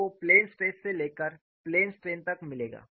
आपको plane stress से लेकर प्लेन स्ट्रेन तक मिलेगा